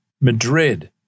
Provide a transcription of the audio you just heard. Madrid